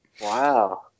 Wow